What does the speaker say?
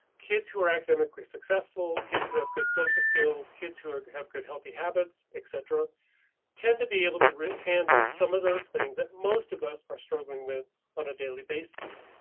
kids who are academically successful kids who have good social skills. kids who have good healthy habits etc tend to be able to handle some of those things that most of us are struggling with on a daily basis.